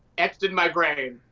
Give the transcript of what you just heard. etched in my brain.